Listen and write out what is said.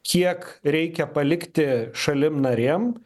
kiek reikia palikti šalim narėm